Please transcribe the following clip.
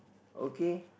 okay